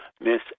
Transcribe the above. Miss